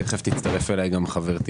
תיכף תצטרף אליי גם חברתי,